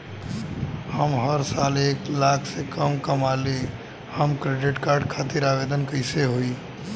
हम हर साल एक लाख से कम कमाली हम क्रेडिट कार्ड खातिर आवेदन कैसे होइ?